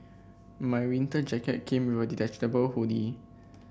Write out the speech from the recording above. my winter jacket came with a detachable hood